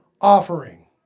offering